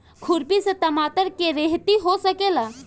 खुरपी से टमाटर के रहेती हो सकेला?